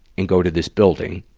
and go to this building.